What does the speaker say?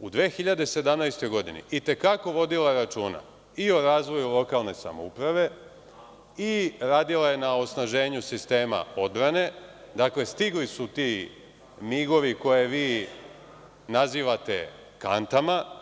u 2017. godini i te kako je vodila računa i o razvoju lokalne samouprave i radila je na osnaženju sistema odbrane, dakle, stigli su ti migovi koje vi nazivate kantama.